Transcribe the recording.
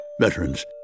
Veterans